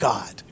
God